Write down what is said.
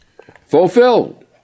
fulfilled